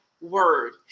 word